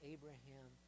Abraham